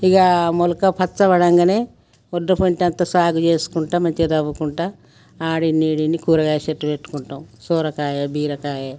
ఇక మొలక పచ్చబడంగానే ఒడ్డు పంట అంతా సాగు చేసుకుంటూ మంచిగా తవ్వుకుంటూ అక్కడ ఇన్ని ఇక్కడ ఇన్ని కూరగాయల చెట్టు పెట్టుకుంటాం సొరకాయ బీరకాయ